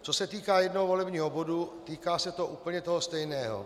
Co se týká jednoho volebního obvodu, týká se toho úplně stejného.